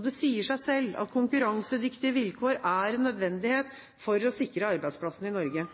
Det sier seg selv at konkurransedyktige vilkår er en nødvendighet for å sikre arbeidsplassene i Norge.